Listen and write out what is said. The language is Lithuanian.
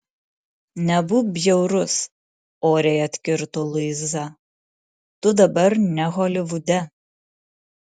nebūk bjaurus oriai atkirto luiza tu dabar ne holivude